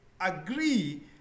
agree